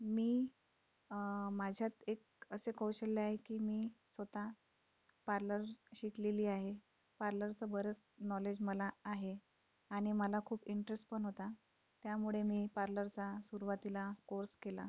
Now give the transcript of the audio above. मी माझ्यात एक असे कौशल्य आहे की मी स्वतः पार्लर शिकलेली आहे पार्लरचं बरंच नॉलेज मला आहे आणि मला खूप इंटरेस्ट पण होता त्यामुळे मी पार्लरचा सुरुवातीला कोर्स केला